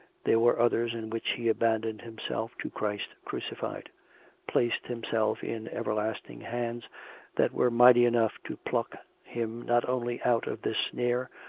there were others in which he abandoned himself to christ crucified placed himself in everlasting hands that were mighty enough to pluck him not only out of this snare,